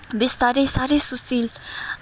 बिस्तारै साह्रै सुशील